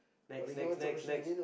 next next next next